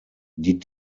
die